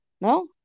No